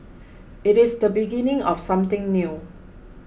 it is the beginning of something new